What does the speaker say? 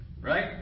Right